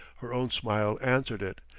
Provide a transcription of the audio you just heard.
her own smile answered it,